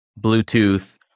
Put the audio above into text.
Bluetooth